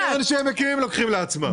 כל קרן שמקימים, הם לוקחים לעצמם.